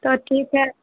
تو ٹھیک ہے